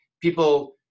People